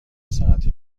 ساعتی